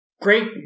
great